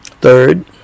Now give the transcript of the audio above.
Third